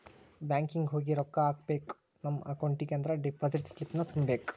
banking ಹೋಗಿ ರೊಕ್ಕ ಹಾಕ್ಕೋಬೇಕ್ ನಮ ಅಕೌಂಟಿಗಿ ಅಂದ್ರ ಡೆಪಾಸಿಟ್ ಸ್ಲಿಪ್ನ ತುಂಬಬೇಕ್